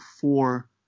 four